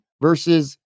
versus